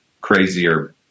crazier